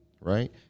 right